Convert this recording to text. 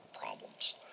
problems